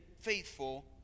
faithful